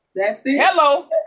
Hello